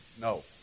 No